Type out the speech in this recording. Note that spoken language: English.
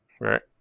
Right